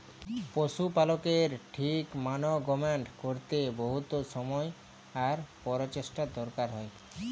পশু পালকের ঠিক মানাগমেন্ট ক্যরতে বহুত সময় আর পরচেষ্টার দরকার হ্যয়